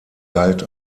galt